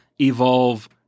evolve